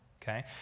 okay